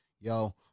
yo